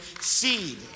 seed